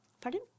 Pardon